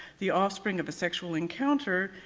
the offspring of a sexual encounter,